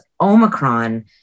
Omicron